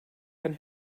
can